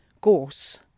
gorse